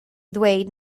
ddweud